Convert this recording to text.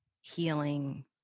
healing